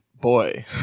Boy